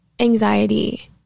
Anxiety